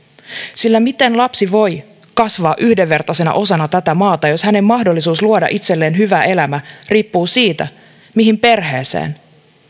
sillä miten lapsi voi kasvaa yhdenvertaisena osana tätä maata jos hänen mahdollisuutensa luoda itselleen hyvä elämä riippuu siitä mihin perheeseen